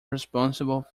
responsible